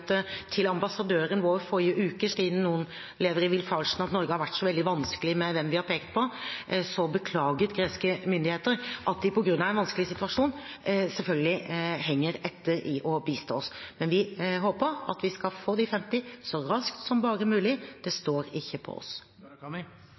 til ambassadøren vår i forrige uke – siden noen lever i den villfarelsen at Norge har vært så veldig vanskelige med hvem vi har pekt på – beklaget greske myndigheter at de på grunn av en vanskelig situasjon selvfølgelig henger etter i å bistå oss. Men vi håper at vi skal få de 50 så raskt som bare mulig. Det